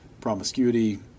Promiscuity